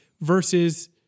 Versus